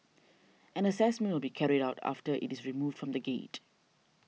an assessment will be carried out after it is removed from the gate